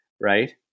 right